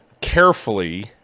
carefully